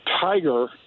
Tiger